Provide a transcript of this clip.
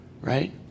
right